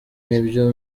nibyo